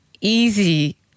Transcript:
easy